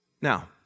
Now